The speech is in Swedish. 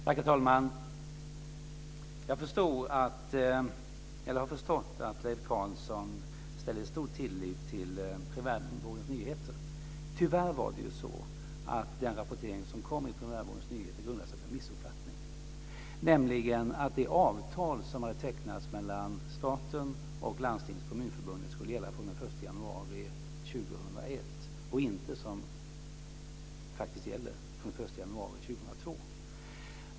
Herr talman! Jag har förstått att Leif Carlson sätter stor tillit till Primärvårdens Nyheter. Tyvärr är det så att den rapportering som gjordes i Primärvårdens Nyheter grundar sig på en missuppfattning, nämligen att det avtal som har tecknats mellan staten, Landstingsförbundet och Kommunförbundet skulle gälla från den 1 januari 2001 och inte, som faktiskt gäller, från den 1 januari 2002.